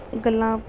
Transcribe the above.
ਗੱਲਾਂ